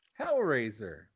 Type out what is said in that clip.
Hellraiser